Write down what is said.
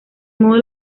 modo